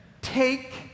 take